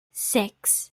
six